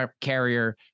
carrier